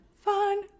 fun